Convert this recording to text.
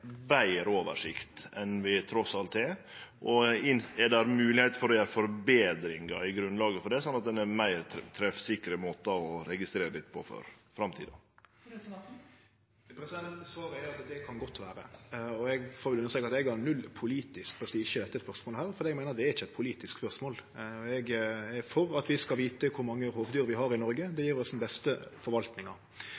betre oversikt enn vi trass alt har? Er det mogleg å gjere forbetringar i grunnlaget for det, sånn at ein har meir treffsikre måtar å registrere dette på for framtida? Svaret er at det kan godt vere. Eg har null politisk prestisje i dette spørsmålet, for eg meiner det ikkje er eit politisk spørsmål. Eg er for at vi skal vite kor mange rovdyr vi har i Noreg. Det